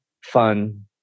fun